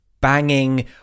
banging